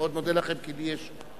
אני מאוד מודה לכם, כי לי יש ישיבה.